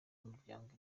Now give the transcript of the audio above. umuryango